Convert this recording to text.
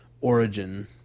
origin